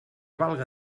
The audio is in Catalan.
valga